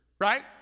right